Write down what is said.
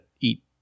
eat